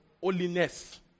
holiness